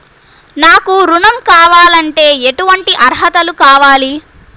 నాకు ఋణం కావాలంటే ఏటువంటి అర్హతలు కావాలి?